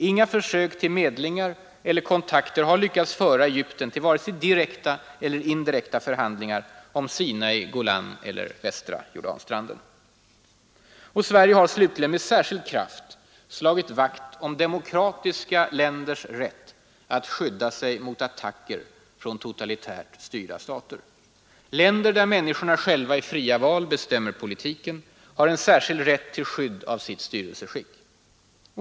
Inga försök till medlingar eller kontakter har lyckats föra Egypten till vare sig direkta eller indirekta förhandlingar om Sinai, Golan eller västra Jordanstranden. Sverige har slutligen med särskild kraft slagit vakt om demokratiska länders rätt att skydda sig mot attacker från totalitärt styrda stater. Länder där människorna själva i fria val bestämmer politiken har en särskild rätt till skydd av sitt styrelseskick.